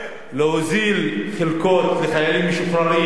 להוזיל חלקות לחיילים משוחררים,